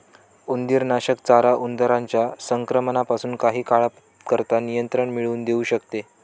उंदीरनाशक चारा उंदरांच्या संक्रमणापासून काही काळाकरता नियंत्रण मिळवून देऊ शकते